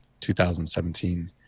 2017